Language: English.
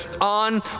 on